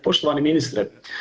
Poštovani ministre.